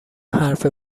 حرف